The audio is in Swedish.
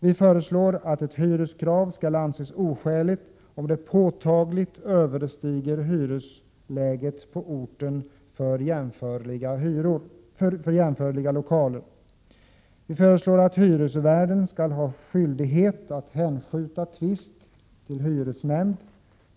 Vi föreslår att ett hyreskrav skall anses oskäligt, om det påtagligt överstiger hyresläget på orten för jämförliga lokaler. Vi föreslår att hyresvärden skall ha skyldighet att hänskjuta tvist till hyresnämnd.